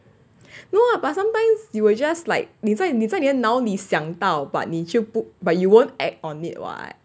no lah but sometimes you will just like 你在你在脑里想到 but 你就不 but you won't act on it [what]